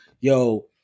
Yo